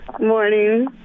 Morning